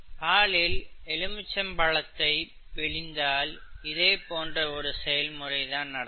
பாலில் எலுமிச்சம்பழத்தைப் பிழிந்தால் இதே போன்ற ஒரு செயல்முறை தான் நடக்கும்